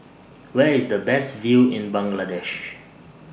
Where IS The Best View in Bangladesh